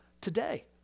today